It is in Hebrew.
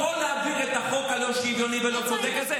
להעביר את החוק הלא-שוויוני והלא-צודק הזה,